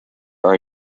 are